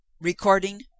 Recording